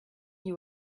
you